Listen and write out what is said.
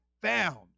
found